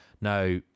Now